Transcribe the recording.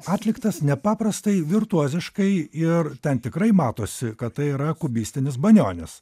atliktas nepaprastai virtuoziškai ir ten tikrai matosi kad tai yra kubistinis banionis